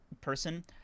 person